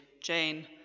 Jane